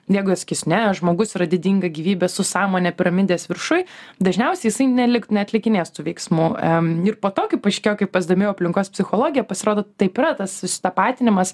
jeigu jis sakys ne žmogus yra didinga gyvybė su sąmone piramidės viršuj dažniausiai jisai nelyg neatlikinės tų veiksmų em ir po to kai paaiškėjo kaip pasidomėjau aplinkos psichologija pasirodo taip yra tas susitapatinimas